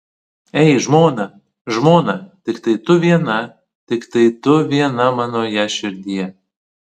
ei žmona žmona tiktai tu viena tiktai tu viena manoje širdyje